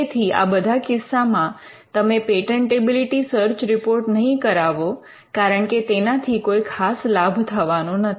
તેથી આ બધા કિસ્સામાં તમે પેટન્ટેબિલિટી સર્ચ રિપોર્ટ નહીં કરાવો કારણકે તેનાથી કોઇ ખાસ લાભ થવાનો નથી